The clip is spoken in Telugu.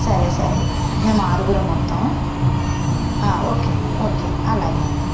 సరే సరే అయితే మేము ఆరుగురం మొత్తం ఓకే అండి ఓకే అలాగే అండి